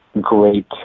great